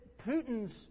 Putin's